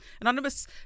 Anonymous